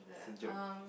there um